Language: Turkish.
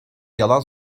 yalan